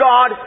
God